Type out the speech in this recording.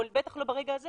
בטח לא ברגע הזה,